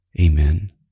Amen